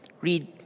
Read